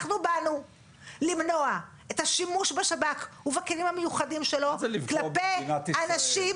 אנחנו באנו למנוע את השימוש בשב"כ ובכלים המיוחדים שלו כלפי אנשים